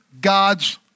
God's